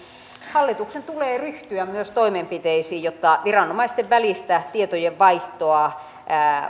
hallituksen tulee ryhtyä toimenpiteisiin myös jotta viranomaisten välistä tietojenvaihtoa